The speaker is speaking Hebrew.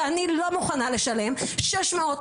ואני לא מוכנה לשלם 600,